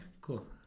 cool